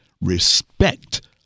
respect